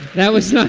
that was